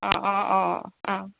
অঁ অঁ অঁ অঁ